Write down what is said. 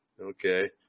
okay